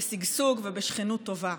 בשגשוג ובשכנות טובה.